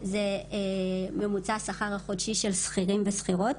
זה ממוצע השכר החודשי של שכירים ושכירות.